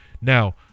Now